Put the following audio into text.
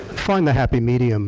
find the happy medium